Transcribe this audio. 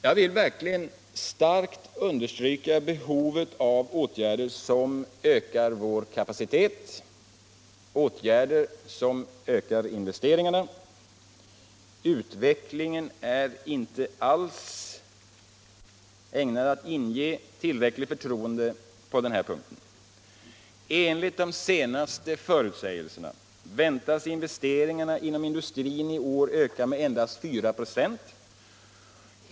Jag vill verkligen starkt understryka behovet av åtgärder som ökar vår kapacitet, åtgärder som ökar investeringarna. Utvecklingen är inte alls ägnad att inge tillräckligt förtroende på den punkten. Enligt de senaste förutsägelserna väntas investeringarna inom industrin i år öka med endast 4 26.